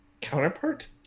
Counterpart